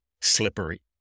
slippery